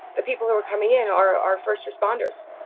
the people who are coming in are our first responders.